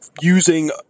using